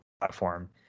platform